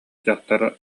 дьахтар